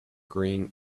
green